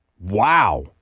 wow